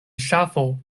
ŝafo